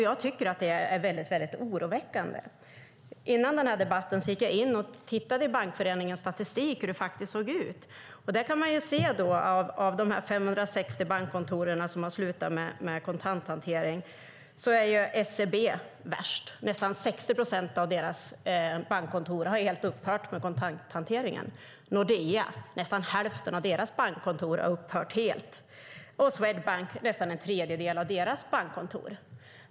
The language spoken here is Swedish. Jag tycker att det är oroväckande. Innan den här debatten började tittade jag på Bankföreningens statistik för att ta reda på hur det faktiskt ser ut. Där kan man se att av de 560 bankkontor som har slutat med kontanthantering är SEB värst. Nästan 60 procent av deras bankkontor har upphört med kontanthanteringen. Nästan hälften av Nordeas bankkontor har upphört helt med detta, liksom nästan en tredjedel av Swedbanks kontor.